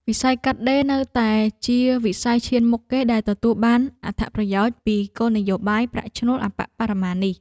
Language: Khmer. វិស័យកាត់ដេរនៅតែជាវិស័យឈានមុខគេដែលទទួលបានអត្ថប្រយោជន៍ពីគោលនយោបាយប្រាក់ឈ្នួលអប្បបរមានេះ។